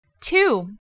Two